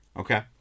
Okay